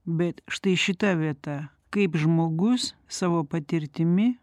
bet štai šita vieta kaip žmogus savo patirtimi